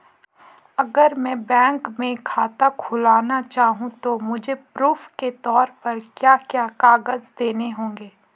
अगर मैं बैंक में खाता खुलाना चाहूं तो मुझे प्रूफ़ के तौर पर क्या क्या कागज़ देने होंगे?